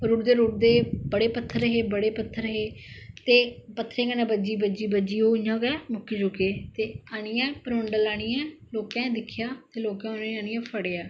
ओह् रुढ़दे रुढ़दे पत्थर है बडे़ पत्थर है ते पत्थरे कन्ने बज्जी बज्जी ओह् इयां गै मुक्की चुके दे हे ते आह्नियै परमंडल आह्निये लोकें दिक्खेआ ते लोकें उनेंगी आह्नियै फडे़आ